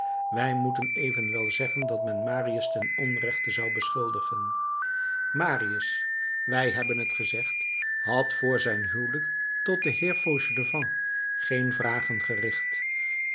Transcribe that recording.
wij moeten evenwel zeggen dat men marius ten onrechte zou beschuldigen marius wij hebben het gezegd had vr zijn huwelijk tot den heer fauchelevent geen vragen gericht